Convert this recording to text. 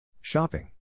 Shopping